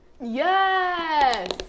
Yes